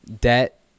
debt